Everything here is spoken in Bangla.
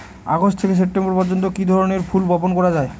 আগস্ট থেকে সেপ্টেম্বর পর্যন্ত কি ধরনের ফুল বপন করা যায়?